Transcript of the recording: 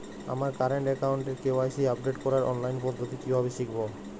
আমার কারেন্ট অ্যাকাউন্টের KYC update করার অনলাইন পদ্ধতি কীভাবে শিখব?